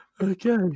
Okay